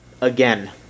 Again